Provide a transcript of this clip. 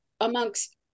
amongst